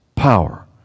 Power